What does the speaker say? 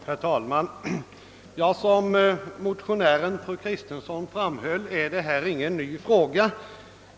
Herr talman! Som motionären fru Kristensson framhöll är detta ingen ny fråga.